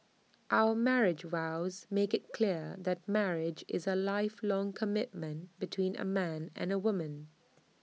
our marriage vows make IT clear that marriage is A lifelong commitment between A man and A woman